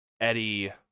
Eddie